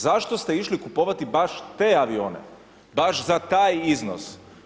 Zašto ste išli kupovati baš te avione, baš za taj iznos?